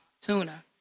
tuna